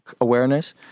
awareness